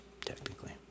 technically